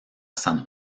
san